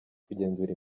kugenzura